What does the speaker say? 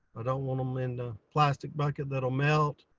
i don't want them in a plastic bucket that will melt.